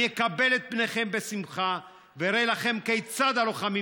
אני אקבל את פניכם בשמחה ואראה לכם כיצד הלוחמים